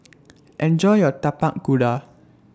Enjoy your Tapak Kuda